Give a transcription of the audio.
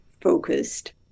focused